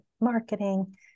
marketing